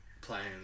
playing